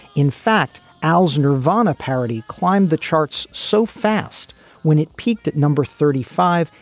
in fact, al's nirvana parody climbed the charts so fast when it peaked at number thirty five,